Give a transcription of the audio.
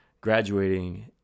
Graduating